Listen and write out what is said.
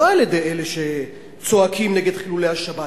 לא על-ידי אלה שצועקים נגד חילולי השבת.